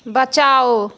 बचाओ